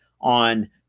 on